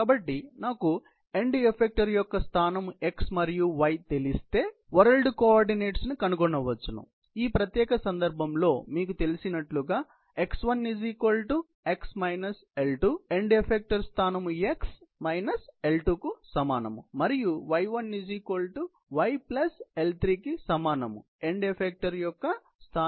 కాబట్టి నాకు end effector యొక్క స్థానం x మరియు y తెలిస్తే వరల్డ్ కోఆర్డినేట్స్ ను కనుగొనవచును కాబట్టి ఈ ప్రత్యేక సందర్భంలో మీకు తెలిసినట్లుగా x 1 x L2 end effector స్థానం x మైనస్ L2 కు సమానం మరియు y1 y L3 కు సమానం ఎండ్ ఎఫెక్టార్ స్థానం y కోఆర్డినేట్ ప్లస్ L3